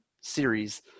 series